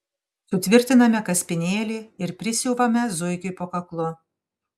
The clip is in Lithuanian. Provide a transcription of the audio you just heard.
sutvirtiname kaspinėlį ir prisiuvame zuikiui po kaklu